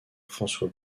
françois